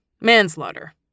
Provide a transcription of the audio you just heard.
manslaughter